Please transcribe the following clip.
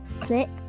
Click